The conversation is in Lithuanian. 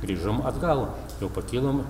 grįžom atgal jau pakilom